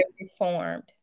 reformed